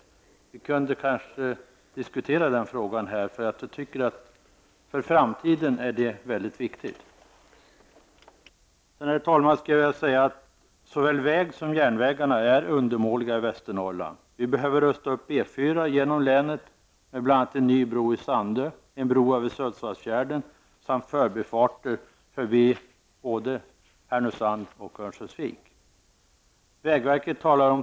Vi kunde kanske diskutera den frågan här, eftersom det är mycket viktigt för framtiden. Herr talman! Såväl vägarna som järnvägarna är undermåliga i Västernorrland. Vi behöver rusta upp E 4 genom länet med bl.a. en ny bro i Sandö, en bro över Sundsvallsfjärden samt förbifarter såväl i Härnösand som i Örnsköldsvik.